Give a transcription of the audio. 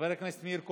חבר הכנסת מאיר כהן,